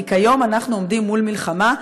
כי כיום אנחנו עומדים מול מלחמה,